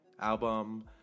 album